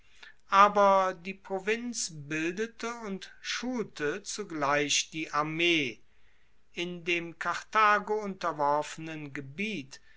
aber die provinz bildete und schulte zugleich die armee in dem karthago unterworfenen gebiet